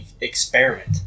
experiment